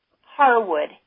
Harwood